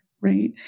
Right